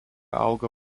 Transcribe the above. auga